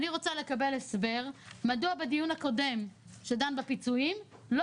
אני רוצה לקבל הסבר מדוע בדיון הקודם שדן בפיצויים לא